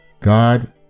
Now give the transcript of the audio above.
God